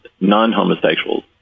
non-homosexuals